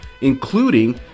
including